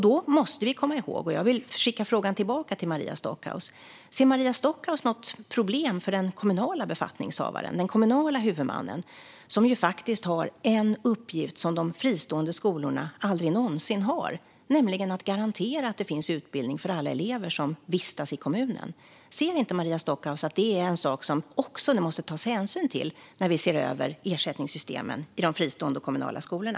Då måste vi komma ihåg en sak, och det är den frågan jag vill skicka tillbaka till Maria Stockhaus: Ser Maria Stockhaus något problem för den kommunala befattningshavaren och den kommunala huvudmannen, som har en uppgift som de fristående skolorna aldrig någonsin har, nämligen att garantera att det finns utbildning för alla elever som vistas i kommunen? Ser inte Maria Stockhaus att det är en sak som det också måste tas hänsyn till när vi ser över ersättningssystemen i de fristående och kommunala skolorna?